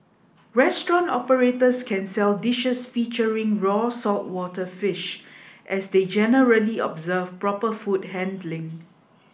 restaurant operators can sell dishes featuring raw saltwater fish as they generally observe proper food handling